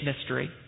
mystery